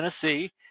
Tennessee